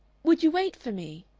would you wait for me?